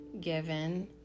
given